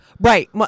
Right